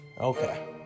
Okay